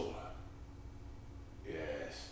Yes